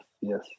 yes